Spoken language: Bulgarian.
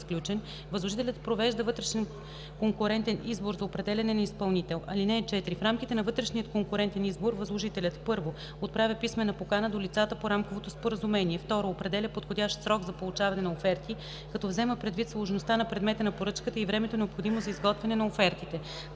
възложителят провежда вътрешен конкурентен избор за определяне на изпълнител. (4) В рамките на вътрешния конкурентен избор възложителят: 1. отправя писмена покана до лицата по рамковото споразумение; 2. определя подходящ срок за получаване на оферти, като взема предвид сложността на предмета на поръчката и времето, необходимо за изготвяне на офертите;